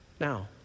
Now